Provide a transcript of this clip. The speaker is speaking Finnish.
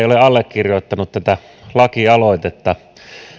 ole allekirjoittaneet tätä lakialoitetta